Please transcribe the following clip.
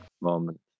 moment